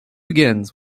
begins